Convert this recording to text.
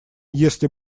если